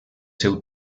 seu